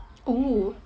oh